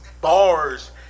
bars